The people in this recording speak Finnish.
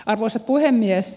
arvoisa puhemies